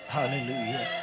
Hallelujah